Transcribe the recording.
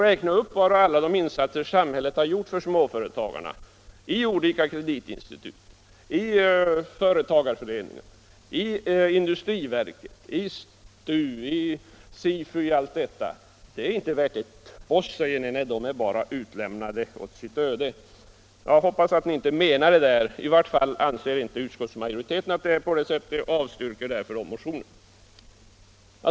Räkna upp alla de insatser som samhället gjort för småföretagen i olika kreditinstitut, i företagarföreningar, i industriverket, i STU, i SIFO osv.! Det tänker ni inte på, utan säger bara att småföretagen är lämnade åt sitt öde. Jag hoppas att ni inte menar vad ni säger. I varje fall anser inte utskottsmajoriteten att det är på det sättet och avstyrker därför dessa motioner.